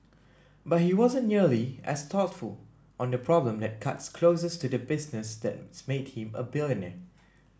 but he wasn't nearly as thoughtful on the problem that cuts closest to the business that's made him a billionaire